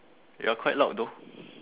you are quite loud though